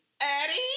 Eddie